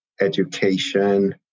education